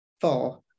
Four